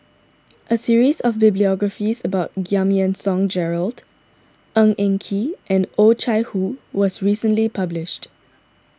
a series of the biographies about Giam Yean Song Gerald Ng Eng Kee and Oh Chai Hoo was recently published